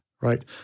right